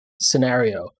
scenario